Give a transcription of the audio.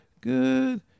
good